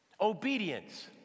Obedience